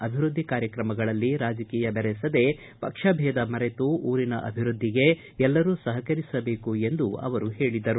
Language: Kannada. ಅಭಿವೃದ್ದಿ ಕಾರ್ಯಕ್ರಮಗಳಲ್ಲಿ ರಾಜಕೀಯ ಬೆರೆಸದೆ ಪಕ್ಷ ಭೇದ ಮರೆತು ಊರಿನ ಅಭಿವೃದ್ದಿಗೆ ಎಲ್ಲರೂ ಸಹಕರಿಸ ಬೇಕು ಎಂದು ಅವರು ಹೇಳದರು